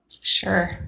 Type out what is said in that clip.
Sure